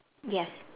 yes